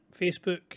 Facebook